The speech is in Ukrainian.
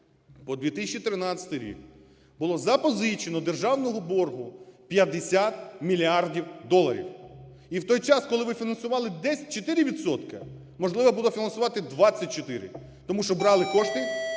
по 2013 рік було запозичено державного боргу 50 мільярдів доларів. І в той час, коли ви фінансували десь 4 відсотки можливо було фінансувати 24 тому що брали кошти,